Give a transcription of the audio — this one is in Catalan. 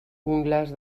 ungles